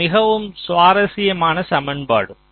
இது மிகவும் சுவாரஸ்யமான சமன்பாடு